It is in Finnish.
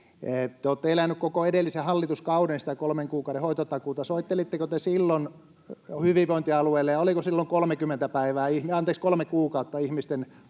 Te olette eläneet koko edellisen hallituskauden sitä kolmen kuukauden hoitotakuuta — soittelitteko te silloin hyvinvointialueille, ja oliko silloin kolme kuukautta ihmisten